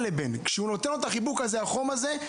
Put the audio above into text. כשהוא נותן לו את החיבוק הזה, את החום הזה,